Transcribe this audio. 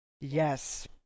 Yes